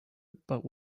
but